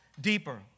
deeper